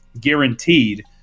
guaranteed